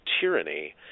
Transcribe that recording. tyranny